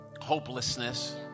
Hopelessness